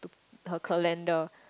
her calendar